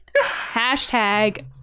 Hashtag